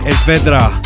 Esvedra